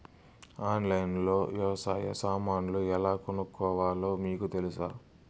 ఆన్లైన్లో లో వ్యవసాయ సామాన్లు ఎలా కొనుక్కోవాలో మీకు తెలుసా?